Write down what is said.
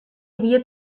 havia